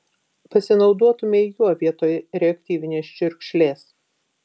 pasinaudotumei juo vietoj reaktyvinės čiurkšlės